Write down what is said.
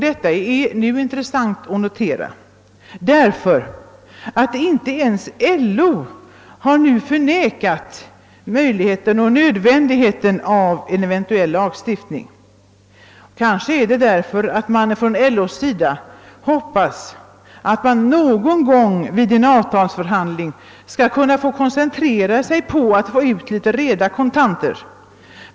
Detta är intressant att notera, ty inte ens LO har nu förnekat möjligheten och nödvändigheten av en eventuell lagstiftning, kanske därför att LO hoppas att någon gång vid en avtalsförhandling få koncentrera sig på att få ut litet reda kontanter.